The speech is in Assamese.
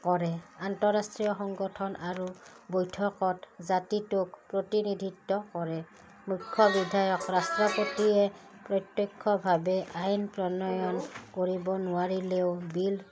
কৰে আন্তঃৰাষ্ট্ৰীয় সংগঠন আৰু বৈঠকত জাতিটোক প্ৰতিনিধিত্ব কৰে মুখ্য বিধায়ক ৰাষ্ট্ৰপতিয়ে প্ৰত্যক্ষভাৱে আইন প্ৰণয়ন কৰিব নোৱাৰিলেও বিল